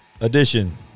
edition